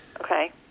Okay